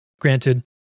Granted